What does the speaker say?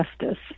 justice